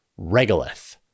regolith